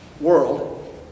world